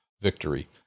victory